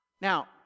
Now